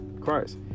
Christ